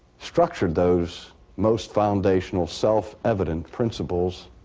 structured those most foundational, self-evident principles